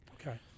okay